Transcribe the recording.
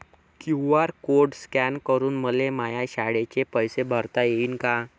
QR code scan करून मले माया शाळेचे पैसे भरता येईन का?